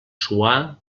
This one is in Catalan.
suar